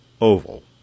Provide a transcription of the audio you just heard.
oval